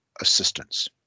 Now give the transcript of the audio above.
assistance